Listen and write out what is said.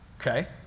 okay